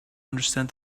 understand